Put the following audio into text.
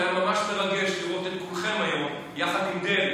היה ממש מרגש לראות את כולכם היום יחד עם דרעי.